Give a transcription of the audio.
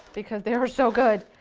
because they are so good.